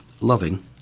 loving